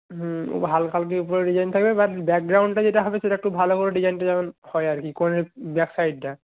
হুম হালকা হালকাই উপরে ডিজাইন থাকবে বাট ব্যাকগ্রাউন্ডটা যেটা হবে সেটা একটু ভালো করে ডিজাইনটা যেমন হয় আর কি কনের ব্যাক সাইডটা